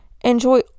Enjoy